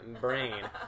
brain